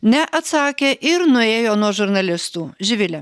neatsakė ir nuėjo nuo žurnalistų živile